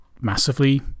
massively